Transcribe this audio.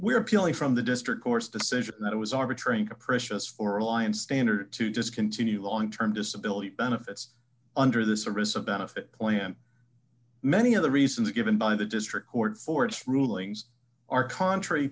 are appealing from the district court's decision that it was arbitrary and capricious for alliance standard to discontinue long term disability benefits under the service of benefit plan many of the reasons given by the district court for its rulings are contr